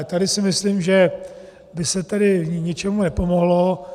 Tady si myslím, že by se ničemu nepomohlo.